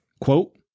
quote